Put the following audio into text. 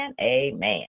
Amen